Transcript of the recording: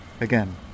Again